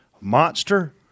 monster